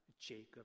Jacob